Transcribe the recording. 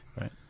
Right